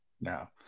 No